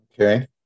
Okay